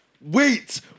wait